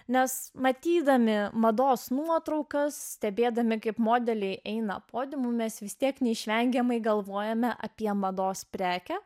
nes matydami mados nuotraukas stebėdami kaip modeliai eina podiumu mes vis tiek neišvengiamai galvojame apie mados prekę